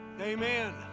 Amen